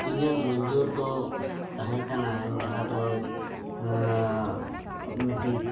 ᱤᱧᱟᱹᱜ ᱢᱚᱧᱡᱩᱨ ᱫᱚ ᱛᱟᱦᱮᱸ ᱠᱟᱱᱟ ᱡᱟᱦᱟᱸ ᱫᱚ ᱢᱤᱫᱴᱮᱱ